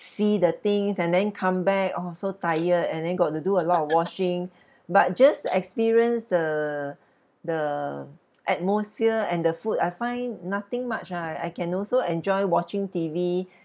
see the things and then come back !aww! so tired and then got to do a lot of washing but just experience the the atmosphere and the food I find nothing much ah uh I can also enjoy watching T_V